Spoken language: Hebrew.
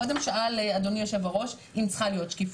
קודם שאל אדוני יושב-הראש אם צריכה להיות שקיפות.